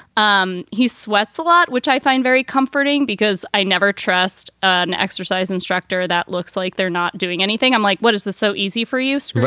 um he sweats a lot, which i find very comforting because i never trust an exercise instructor that looks like they're not doing anything. i'm like, what is this so easy for you?